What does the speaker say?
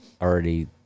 already